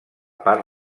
part